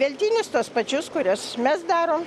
veltinius tuos pačius kuriuos mes darom